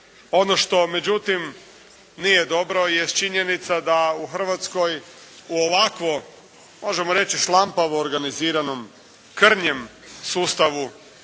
Ono što međutim nije dobro jest činjenica da u Hrvatskoj u ovako možemo reći šlampavo organiziranom, krnjem sustavu,